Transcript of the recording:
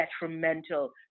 detrimental